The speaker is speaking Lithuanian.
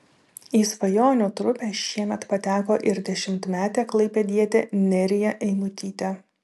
į svajonių trupę šiemet pateko ir dešimtmetė klaipėdietė nerija eimutytė